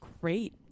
great